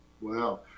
wow